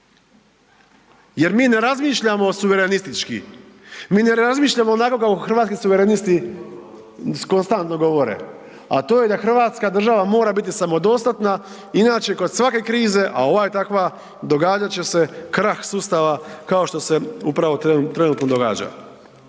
jer mi ne razmišljamo suvernistički, mi ne razmišljamo onako kako Hrvatski suverenisti konstantno govore, a to je da hrvatska država mora biti samodostatna, inače kod svake krize, a ova je takva, događat će se krah sustava kao što se upravo trenutno događa.